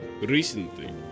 Recently